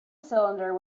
cylinder